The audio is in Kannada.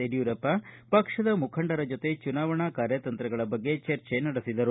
ಯಡಿಯೂರಪ್ಪ ಪಕ್ಷದ ಮುಖಂಡರ ಜೊತೆ ಚುನಾವಣಾ ಕಾರ್ಯತಂತ್ರಗಳ ಬಗ್ಗೆ ಚರ್ಚೆ ನಡೆಸಿದರು